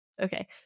Okay